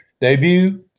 Debut